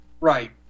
right